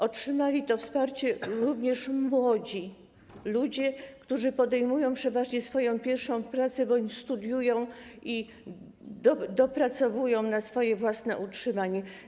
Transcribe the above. Otrzymali to wsparcie również młodzi ludzie, którzy podejmują przeważnie swoją pierwszą pracę bądź studiują i pracują na swoje własne utrzymanie.